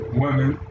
women